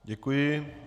Děkuji.